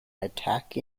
attack